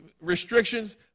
restrictions